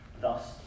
Thus